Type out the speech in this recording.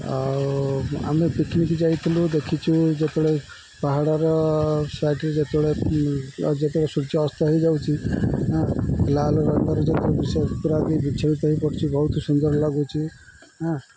ଆଉ ଆମେ ପିକନିକ୍ ଯାଇଥିଲୁ ଦେଖିଛୁ ଯେତେବେଳେ ପାହାଡ଼ର ସାଇଟରେ ଯେତେବେଳେ ଯେତେବେଳେ ସୂର୍ଯ୍ୟ ଅସ୍ତ ହୋଇଯାଉଛି ଲାଲ ରବାର ଯେତବେଳେ ବି ପୁରା ବି ବିଛେ ବିିତ ହେଇ ପଡ଼ୁଛି ବହୁତ ସୁନ୍ଦର ଲାଗୁଛି ହଁ